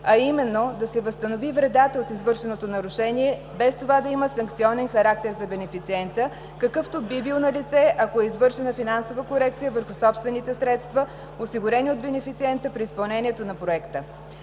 а именно да се възстанови вредата от извършеното нарушение, без това да има санкционен характер за бенефициента, какъвто би бил налице, ако е извършена финансова корекция върху собствените средства, осигурени от бенефициента при изпълнението на Проекта.